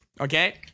okay